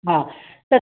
हा त